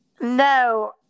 No